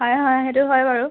হয় হয় সেইটো হয় বাৰু